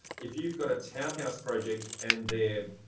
if you've got a townhouse project, and they're